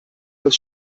das